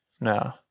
No